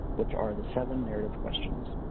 which are the seven narrative questions.